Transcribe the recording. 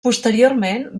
posteriorment